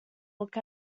look